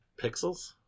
Pixels